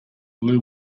blue